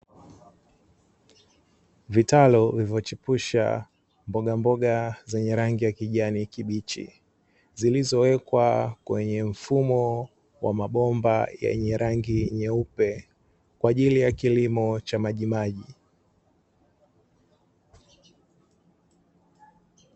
Vitalu vilivyochipusha mbogamboga zenye rangi ya kijani kibichi, zilizowekwa kwenye mfumo wa mabomba yenye rangi nyeupe, kwa ajili ya kilimo cha majimaji.